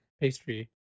pastry